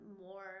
more